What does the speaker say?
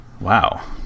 Wow